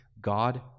God